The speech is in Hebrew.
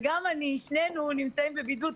וגם אני שנינו נמצאים בבידוד,